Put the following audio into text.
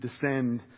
descend